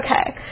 okay